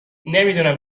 نمیدونم